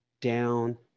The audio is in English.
down